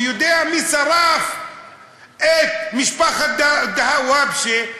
שיודע מי שרף את משפחת דוואבשה,